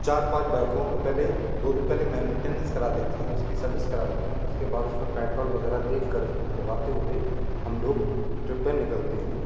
चार पाँच बाइकों को पहले दो दिन पहले मैनटेनेंस करा लेते है उसकी सर्विस करा लेते हैं उसके बाद उस में पेट्रोल वग़ैरह देख कर उस में भरवाते हुए हम लोग ट्रिप पर निकलते हैं